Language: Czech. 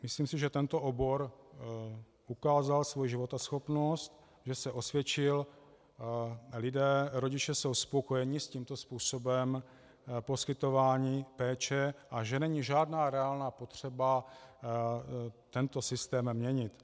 Myslím si, že tento obor ukázal svoji životaschopnost, že se osvědčil, lidé, rodiče jsou spokojeni s tímto způsobem poskytování péče a že není žádná reálná potřeba tento systém měnit.